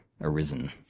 arisen